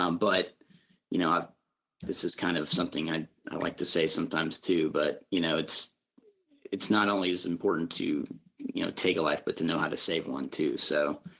um but you know ah this is kind of something i would like to say sometimes too but you know it's it's not only as important to you know take a life but to know how to save one too. so,